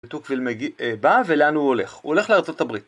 דה טוקוויל מגי... אה... בא ולאן הוא הולך? הוא הולך לארצות הברית